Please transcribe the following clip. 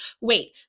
wait